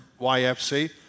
YFC